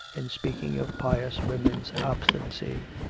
in speaking of pious women's obstinacy,